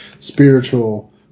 spiritual